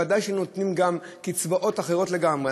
ודאי שהיינו נותנים גם קצבאות אחרות לגמרי.